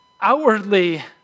Outwardly